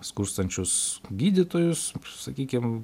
skurstančius gydytojus sakykim